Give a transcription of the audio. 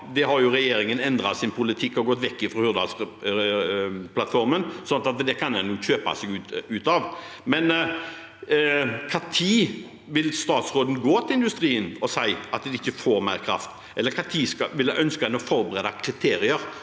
har, har regjeringen endret sin politikk og gått vekk fra Hurdalsplattformen, så det kan en kjøpe seg ut av. Når vil statsråden gå til industrien og si at de ikke får mer kraft, eller ønsker en å forberede kriterier